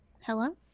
hello